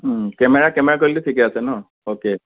camera camera quality থিকে আছে ন অ'কে